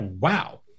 wow